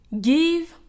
give